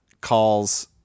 calls